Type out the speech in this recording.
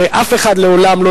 הרי אף אחד לעולם,